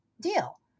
deal